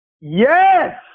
Yes